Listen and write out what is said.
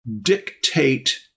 dictate